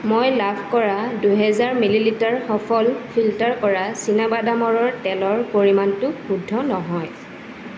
মই লাভ কৰা দুহেজাৰ মিলিলিটাৰ সফল ফিল্টাৰ কৰা চীনাবাদামৰ তেলৰ পৰিমাণটো শুদ্ধ নহয়